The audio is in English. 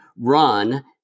run